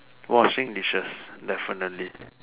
washing dishes definitely